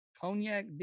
Cognac